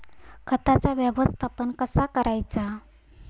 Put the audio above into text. खताचा व्यवस्थापन कसा करायचा?